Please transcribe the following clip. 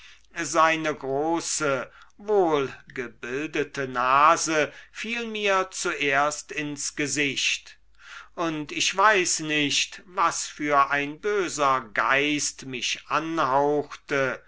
seine große wohlgebildete nase fiel mir zuerst ins gesicht und ich weiß nicht was für ein böser geist mich anhauchte